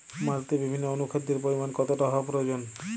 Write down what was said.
মাটিতে বিভিন্ন অনুখাদ্যের পরিমাণ কতটা হওয়া প্রয়োজন?